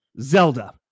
Zelda